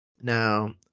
Now